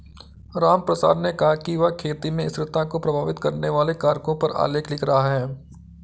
रामप्रसाद ने कहा कि वह खेती में स्थिरता को प्रभावित करने वाले कारकों पर आलेख लिख रहा है